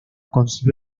concibió